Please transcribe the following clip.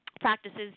practices